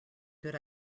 good